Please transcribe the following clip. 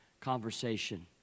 Conversation